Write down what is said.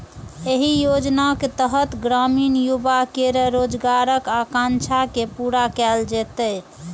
एहि योजनाक तहत ग्रामीण युवा केर रोजगारक आकांक्षा के पूरा कैल जेतै